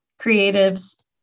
creatives